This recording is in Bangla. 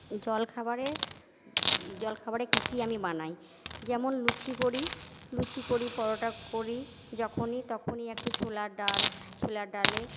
জলখাবারে জলখাবারে কী কী আমি বানাই যেমন লুচি করি লুচি করি পরোটা করি যখনই তখনই একটু ছোলার ডাল ছোলার ডালে